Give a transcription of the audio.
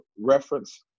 reference